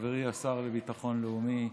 חברי השר לביטחון לאומי,